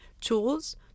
tools